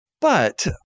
But-